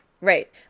right